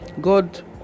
God